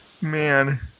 Man